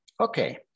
Okay